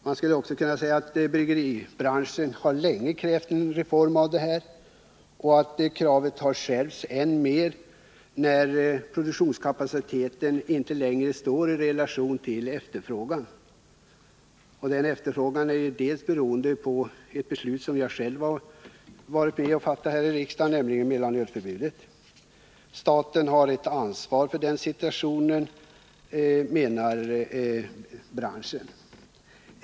Man skulle också kunna säga att bryggeribranschen länge har krävt en reform på detta område och att kravet har skärpts än mer när produktionskapaciteten inte längre står i relation till efterfrågan. Den efterfrågan är bl.a. beroende av ett beslut som jag själv har varit med om att fatta här i riksdagen, nämligen beslutet om mellanölsförbud. Staten har ett ansvar för den situationen, menar branschen.